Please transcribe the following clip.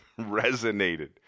resonated